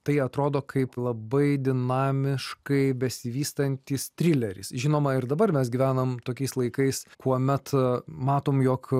tai atrodo kaip labai dinamiškai besivystantis trileris žinoma ir dabar mes gyvenam tokiais laikais kuomet matom jog